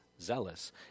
zealous